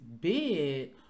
bid